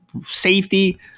safety